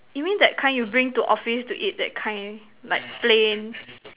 you mean that kind you bring to office to eat that kind like plain